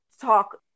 talk